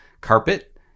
carpet